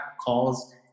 calls